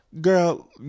girl